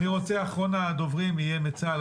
אחרון הדוברים יהיה מצה"ל,